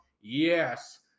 Yes